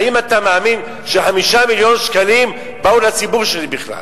האם אתה מאמין ש-5 מיליון שקלים באו לציבור שלי בכלל?